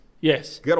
yes